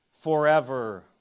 forever